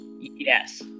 Yes